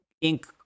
ink